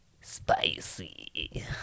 spicy